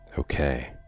Okay